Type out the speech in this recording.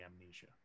amnesia